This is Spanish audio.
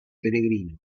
peregrino